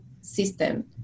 system